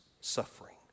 suffering